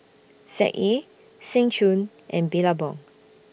Z A Seng Choon and Billabong